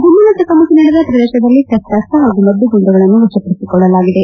ಗುಂಡಿನ ಚಕಮಕಿ ನಡೆದ ಪ್ರದೇಶದಲ್ಲಿ ಶಸ್ತಾಸ್ತ ಹಾಗೂ ಮದ್ದುಗುಂಡುಗಳನ್ನು ವಶಪಡಿಸಿಕೊಳ್ಳಲಾಗಿದೆ